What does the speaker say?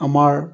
আমাৰ